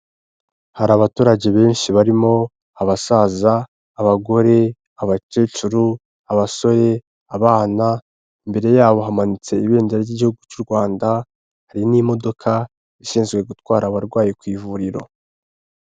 Hari abaturage benshi barimo: abasaza, abagore, abakecuru, abasore, abana, imbere yabo hamanitse Ibendera ry'Igihugu cy'u Rwanda, hari n'imodoka ishinzwe gutwara abarwayi ku ivuriro.